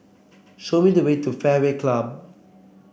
show me the way to Fairway Club